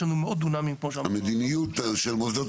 יש לנו מאות דונמים- -- המדיניות של מוסדות